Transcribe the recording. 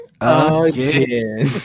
Again